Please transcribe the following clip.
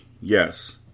yes